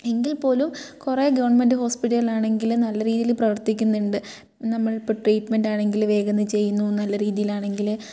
എങ്കിൽ പോലും കുറെ ഗവൺമെൻറ്റ് ഹോസ്പിറ്റലാണെങ്കിൽ നല്ല രീതിയിൽ പ്രവർത്തിക്കുന്നുണ്ട് നമ്മൾ ഇപ്പോൾ ട്രീറ്റ്മെൻറ്റാണെങ്കിലും വേഗം വന്ന് ചെയ്യുന്നു നല്ല രീതിയിലാണെങ്കിൽ